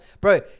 Bro